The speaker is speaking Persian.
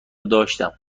داشتم